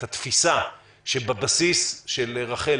את התפיסה שבבסיס של רח"ל,